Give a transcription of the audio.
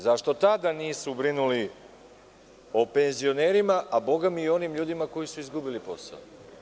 Zašto tada nisu brinuli o penzionerima, a bogami i o onim ljudima koji su izgubili posao?